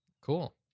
Cool